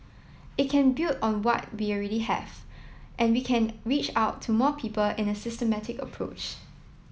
it can build on what we already have and we can reach out to more people in a systematic approach